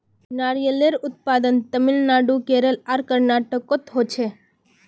नारियलेर उत्पादन तामिलनाडू केरल आर कर्नाटकोत होछे